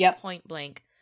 point-blank